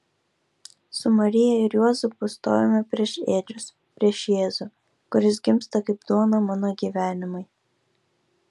su marija ir juozapu stovime prieš ėdžias prieš jėzų kuris gimsta kaip duona mano gyvenimui